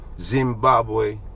Zimbabwe